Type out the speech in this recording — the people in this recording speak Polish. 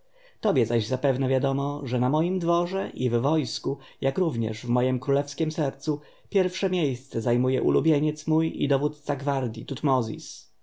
tobie zaś zapewne wiadomo że na moim dworze i w wojsku jak również w mojem królewskiem sercu pierwsze miejsce zajmuje ulubieniec mój i dowódca gwardji tutmozis